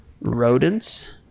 rodents